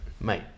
Mate